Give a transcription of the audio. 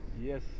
Yes